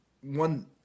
one